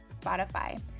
Spotify